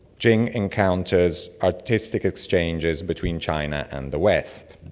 qing encounters artistic exchanges between china and the west.